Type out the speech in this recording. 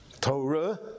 Torah